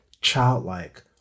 childlike